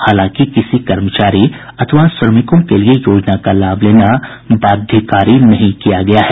हालांकि किसी कर्मचारी अथवा श्रमिकों के लिए योजना का लाभ लेना बाध्यकारी नहीं किया गया है